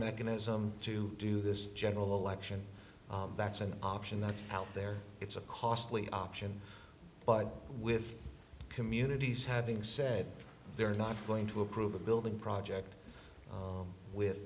mechanism to do this general election that's an option that's out there it's a costly option but with communities having said they're not going to approve the building project with